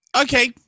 Okay